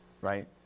right